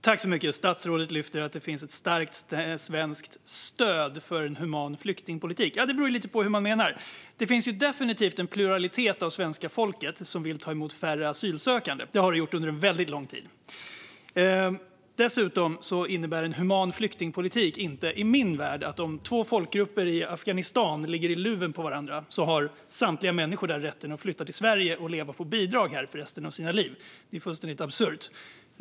Fru talman! Statsrådet lyfter att det finns ett starkt svenskt stöd för en human flyktingpolitik. Det beror lite på hur man menar. Det är definitivt en pluralitet av svenska folket som vill ta emot färre asylsökande; så har det varit under väldigt lång tid. En human flyktingpolitik innebär dessutom inte, i min värld, att om två folkgrupper i Afghanistan ligger i luven på varandra har samtliga människor där rätt att flytta till Sverige och leva på bidrag här under resten av sina liv. Det är fullständigt absurt.